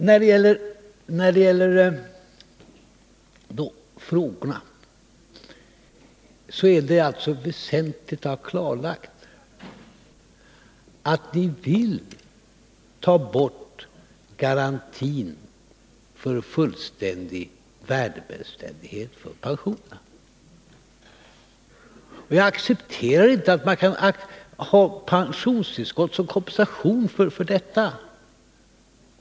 När det sedan gäller själva sakfrågorna är det alltså väsentligt att ha klarlagt att ni vill ta bort garantin för fullständig värdigbeständighet hos pensionerna. Jag accepterar inte att man kan ha pensionstillskott som kompensation för detta.